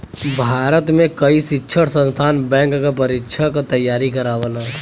भारत में कई शिक्षण संस्थान बैंक क परीक्षा क तेयारी करावल